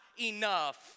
enough